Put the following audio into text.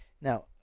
Now